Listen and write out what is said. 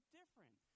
different